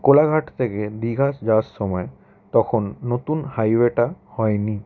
কোলাঘাট থেকে দীঘা যাওয়ার সময় তখন নতুন হাইওয়েটা হয় নি